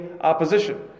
opposition